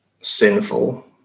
sinful